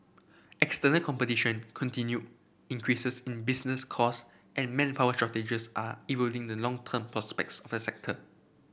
external competition continued increases in business cost and manpower shortages are eroding the longer term prospects for sector